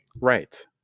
Right